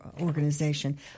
organization